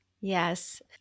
Yes